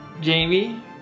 Jamie